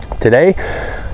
today